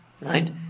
Right